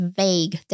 vague